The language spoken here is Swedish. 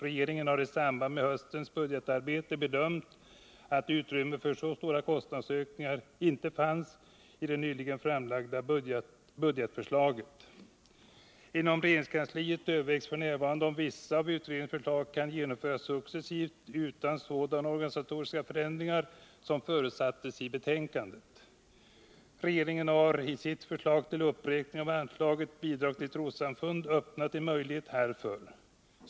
Regeringen har i samband med höstens budgetarbete bedömt att utrymme för så stora kostnadsökningar inte fanns i det nyligen framlagda budgetförslaget. Inom regeringskansliet övervägs f. n. om vissa av utredningens förslag kan genomföras successivt och utan sådana organisatoriska förändringar som förutsattes i betänkandet. Regeringen har i sitt förslag till uppräkning av anslaget Bidrag till trossamfund öppnat en möjlighet härför.